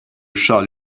shall